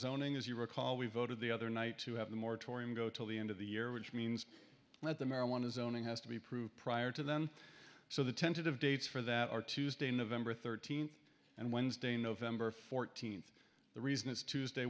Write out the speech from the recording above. zoning as you recall we voted the other night to have the moratorium go till the end of the year which means that the marijuana zoning has to be approved prior to then so the tentative dates for that are tuesday nov thirteenth and wednesday nov fourteenth the reason it's tuesday